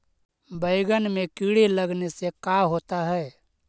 बैंगन में कीड़े लगने से का होता है?